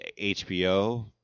HBO